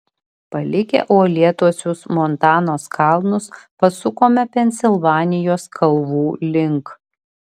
palikę uolėtuosius montanos kalnus pasukome pensilvanijos kalvų link